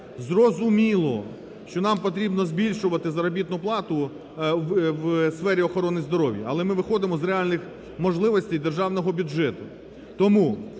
Зрозуміло, що нам потрібно збільшувати заробітну плату в сфері охорони здоров'я, але ми виходимо з реальних можливостей державного бюджету.